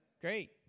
Great